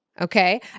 Okay